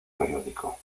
periódico